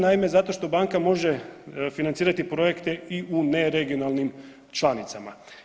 Naime zato što banka može financirati projekte i u neregionalnim članicama.